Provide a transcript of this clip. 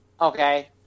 Okay